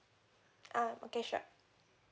uh okay sure